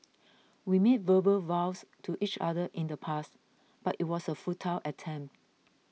we made verbal vows to each other in the past but it was a futile attempt